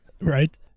right